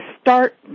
start